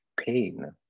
pain